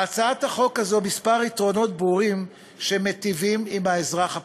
להצעת החוק הזאת כמה יתרונות ברורים שמיטיבים עם האזרח הפשוט: